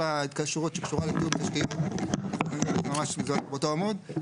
כל ההתקשרות שקשורה מופיעה ממש באותו עמוד.